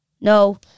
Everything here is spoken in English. no